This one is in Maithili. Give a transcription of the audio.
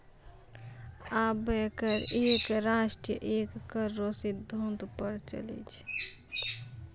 अबै कर एक राष्ट्र एक कर रो सिद्धांत पर चलै छै